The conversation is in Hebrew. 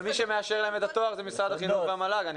אבל מי שמאשר להם את התואר זה משרד החינוך והמועצה להשכלה גבוהה.